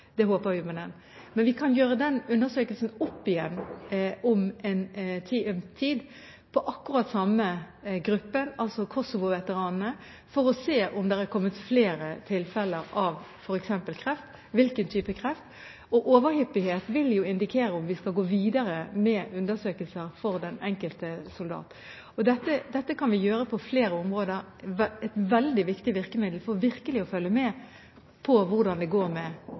Vi kan gjøre den undersøkelsen om igjen om en stund av akkurat samme gruppe, altså Kosovo-veteranene, for å se om det har kommet flere tilfeller av f.eks. kreft, og hvilken type kreft. Overhyppighet vil indikere om vi skal gå videre med undersøkelser for den enkelte soldaten. Dette kan vi gjøre på flere områder, og det er et veldig viktig virkemiddel for virkelig å følge med på hvordan det går med